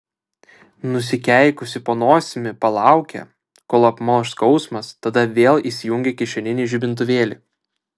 nusikeikusi po nosimi palaukė kol apmalš skausmas tada vėl įsijungė kišeninį žibintuvėlį